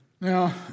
Now